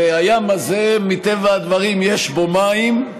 והים הזה, מטבע הדברים, יש בו מים,